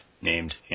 named